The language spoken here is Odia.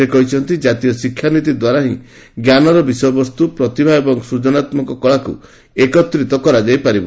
ସେ କହିଛନ୍ତି ଜାତୀୟ ଶିକ୍ଷାନୀତି ଦ୍ୱାରା ହିଁ ଜ୍ଞାନର ବିଷୟବସ୍ତୁ ପ୍ରତିଭା ଏବଂ ସୃଜନାତ୍ମକ କଳାକୁ ଏକତ୍ରିତ କରାଯାଇ ପାରିବ